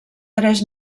tres